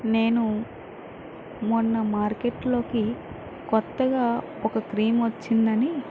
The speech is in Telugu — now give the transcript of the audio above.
నేను మొన్న మార్కెట్లోకి కొత్తగా ఒక క్రీమ్ వచ్చిందని